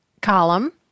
column